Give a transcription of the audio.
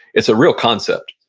it's a real concept